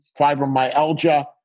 fibromyalgia